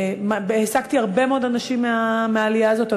העסקתי הרבה מאוד אנשים מהעלייה הזאת,